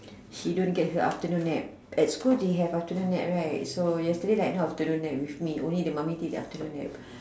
she don't get her afternoon nap at school they have afternoon nap right so yesterday like no afternoon nap with me only the mummy take the afternoon nap